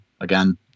again